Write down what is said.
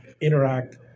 interact